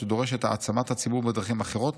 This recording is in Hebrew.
שדורש את העצמת הציבור בדרכים אחרות,